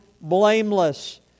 blameless